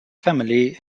family